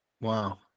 Wow